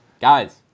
Guys